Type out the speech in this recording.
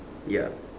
ya